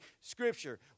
Scripture